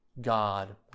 God